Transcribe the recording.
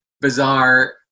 bizarre